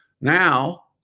Now